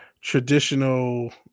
traditional